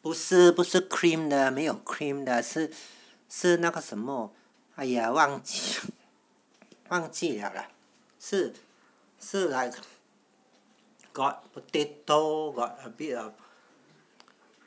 不是不是 cream 的没有 cream 的是是哪个什么哎呀忘记忘记了啦是是 like got potato got a bit of